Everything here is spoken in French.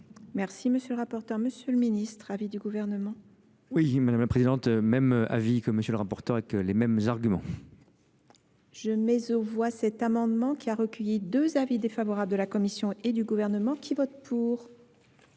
Sieur le rapporteur, M. le Ministre, avis du Gouvernement? Oui, Mᵐᵉ la Présidente, le même avis que M. le rapporteur, avec les mêmes arguments. je mets au voix cet amendement qui a recueilli deux avis défavorables de la commission et du gouvernement qui vote pour